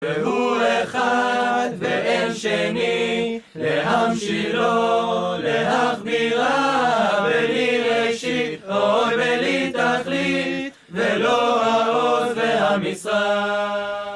והוא אחד ואין שני, להמשיל לו, להחבירה, בלי ראשית, בלי תכלית, ולו העוז והמשרה.